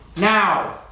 now